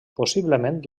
possiblement